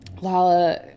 Lala